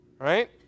right